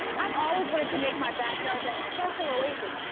i've always wanted to make my backyard that special oasis,